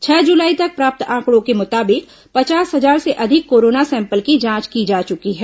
छह जुलाई तक प्राप्त आंकड़ों के मुताबिक पचास हजार से अधिक कोरोना सैंपल की जांच की जा चुकी है